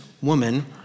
woman